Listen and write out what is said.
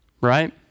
Right